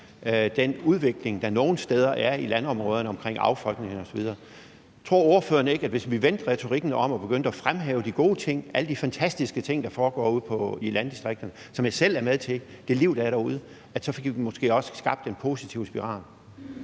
den udvikling, der nogle steder er i landområderne med affolkning osv. Tror ordføreren ikke, at hvis vi vendte retorikken om og begyndte at fremhæve de gode ting, alle de fantastiske ting, der foregår ude i landdistrikterne, som jeg selv er med til at tage del i, altså det liv, der er derude, at så fik vi måske også skabt en positiv spiral?